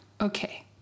Okay